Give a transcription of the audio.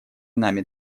нами